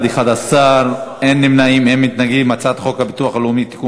ההצעה להעביר את הצעת חוק הביטוח הלאומי (תיקון